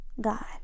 God